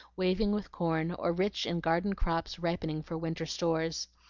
waving with corn, or rich in garden crops ripening for winter stores.